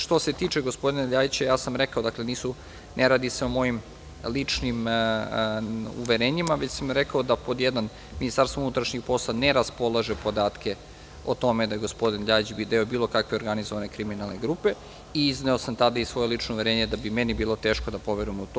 Što se tiče gospodina LJajića, ja sam rekao, ne radi se o mojim ličnim uverenjima već sam rekao da Ministarstvo unutrašnjih poslova ne raspolaže podacima o tome da je gospodin LJajić deo bilo kakve organizovane kriminalne grupe i izneo sam tada i svoje lično uverenje da bi meni bilo teško da poverujem u to.